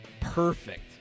Perfect